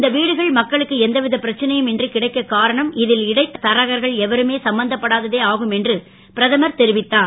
இந்த வீடுகள் மக்களுக்கு எந்தவித பிரச்சனையும் இன்றி கிடைக்கக் காரணம் இ ல் இடைத் தரகர்கள் எவருமே சம்பந்தப்படாததே ஆகும் என்று பிரதமர் தெரிவித்தார்